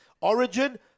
Origin